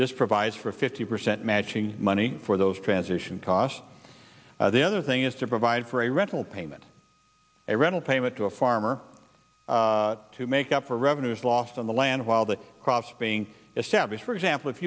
this provides for a fifty percent matching money for those transition costs the other thing is to provide for a rental payment a rental payment to a farmer to make up for revenues lost on the land while the crops being established for example if